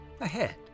ahead